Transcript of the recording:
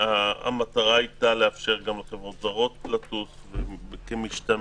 המטרה הייתה לאפשר גם לחברות זרות לטוס וכמשתמע